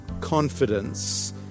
Confidence